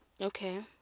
Okay